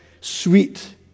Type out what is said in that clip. sweet